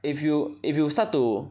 if you if you start to